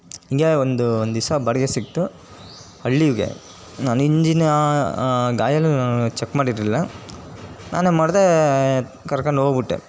ಹೀಗೇ ಒಂದು ಒಂದು ದಿವ್ಸ ಬಾಡಿಗೆ ಸಿಕ್ತು ಹಳ್ಳಿಗೆ ನಾನು ಇಂಜಿನ್ ಚೆಕ್ ಮಾಡಿರಲಿಲ್ಲ ನಾನು ಏನು ಮಾಡಿದೆ ಕರ್ಕಂಡು ಹೋಗ್ಬಿಟ್ಟೆ